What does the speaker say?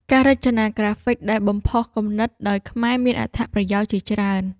ការរចនាក្រាហ្វិកដែលបំផុសគំនិតដោយខ្មែរមានអត្ថប្រយោជន៍ជាច្រើន។